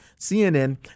CNN